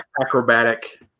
acrobatic